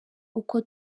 uko